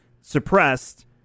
suppressed